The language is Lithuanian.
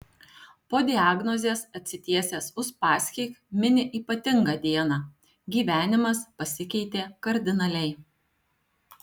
po diagnozės atsitiesęs uspaskich mini ypatingą dieną gyvenimas pasikeitė kardinaliai